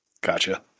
Gotcha